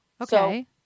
Okay